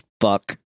fuck